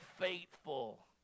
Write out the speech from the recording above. faithful